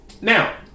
Now